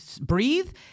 breathe